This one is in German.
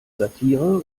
satire